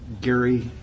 Gary